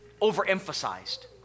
overemphasized